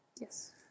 Yes